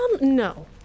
no